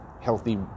healthy